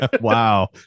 Wow